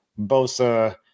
Bosa